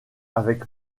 avec